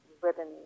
ribbon